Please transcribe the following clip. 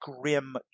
grim